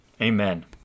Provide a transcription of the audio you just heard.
Amen